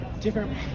different